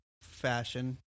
fashion